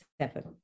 seven